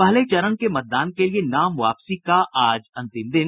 पहले चरण के मतदान के लिए नाम वापसी का आज अंतिम दिन